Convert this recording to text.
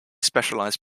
specialized